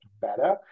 better